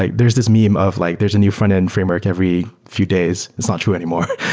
like there's this meme of like there's a new frontend framework every few days. it's not true anymore.